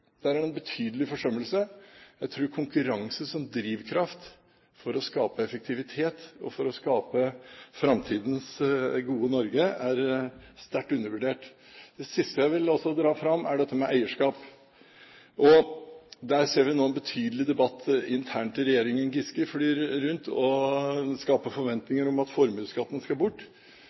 Der ser vi nå en betydelig debatt internt i regjeringen. Giske flyr rundt og skaper forventninger om at formuesskatten skal bort,